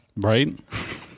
right